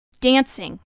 dancing